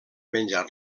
menjar